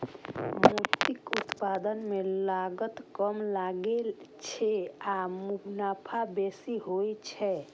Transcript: मोतीक उत्पादन मे लागत कम लागै छै आ मुनाफा बेसी होइ छै